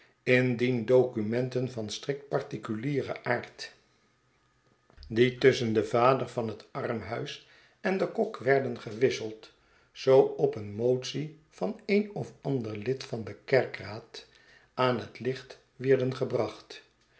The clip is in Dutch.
indien documenten van strikt particulieren aard die tusschen den vader van het armhuis en den kok werdengewisseld zoo op een motie van een of ander lid van den kerkeraad aan het licht wierden gebracht